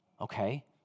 Okay